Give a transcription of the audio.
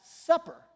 Supper